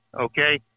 okay